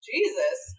Jesus